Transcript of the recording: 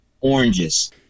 oranges